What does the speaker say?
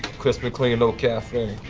crisp and clean, no caffeine.